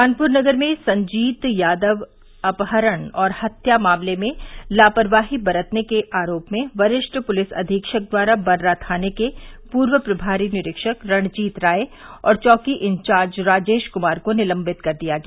कानपुर नगर में संजीत यादव अपहरण और हत्या मामले में लापरवाही बरतने के आरोप में वरिष्ठ पुलिस अधीक्षक द्वारा बर्रा थाना के पूर्व प्रमारी निरीक्षक रणजीत राय और चौकी इंचार्ज राजेश कुमार को निलश्वित कर दिया गया